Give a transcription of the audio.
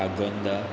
Agonda